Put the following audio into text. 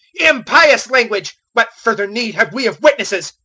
impious language! what further need have we of witnesses!